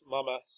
Mama